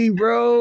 bro